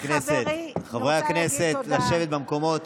חברי הכנסת, חברי הכנסת, לשבת במקומות.